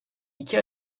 iki